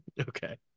Okay